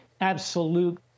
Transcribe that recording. absolute